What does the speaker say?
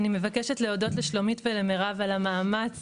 אני מבקשת להודות לשלומית ולמירב על המאמץ